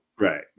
Right